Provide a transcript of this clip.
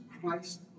Christ